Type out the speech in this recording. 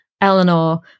Eleanor